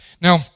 Now